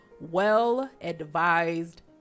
well-advised